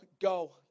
go